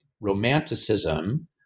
Romanticism